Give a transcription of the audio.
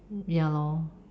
ya lor